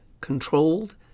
controlled